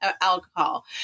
alcohol